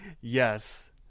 yes